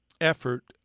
effort